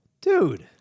dude